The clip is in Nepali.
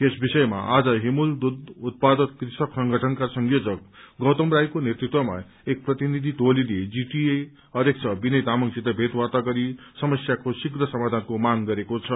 यस विषयमा आज हिमूल दूध उत्पादक कृषक संगठनका संयोजक गौतम राईको नेतृतवमा एक प्रतिनिधि टोली जीटिए अध्यक्ष विनय तामंगसित भेटवार्ता गरी समस्यााके शीव्र सामायानको मांग गरेको छ